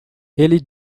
ele